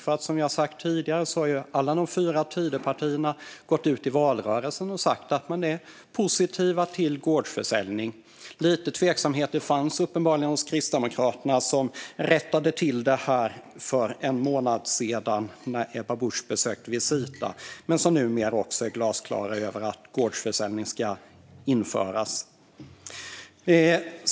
Alla de fyra Tidöpartierna gick ut i valrörelsen och sa att de är positiva till gårdsförsäljning. Lite tveksamheter fanns uppenbarligen hos Kristdemokraterna, som rättade till detta för en månad sedan när Ebba Busch besökte Visita och som numera är glasklara över att gårdsförsäljning ska införas.